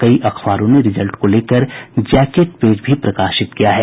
कई अखबरों ने रिजल्ट को लेकर जैकेट पेज भी प्रकाशित किया है